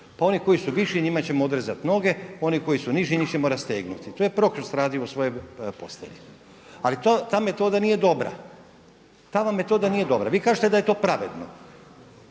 Pa oni koji su viši njima ćemo odrezati noge, oni koji su niži njih ćemo rastegnuti. To je Prokrust radi u svojoj postelji. Ali ta metoda nije dobra. Ta vam metoda nije dobra. Vi kažete da je to pravedno,